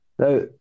Now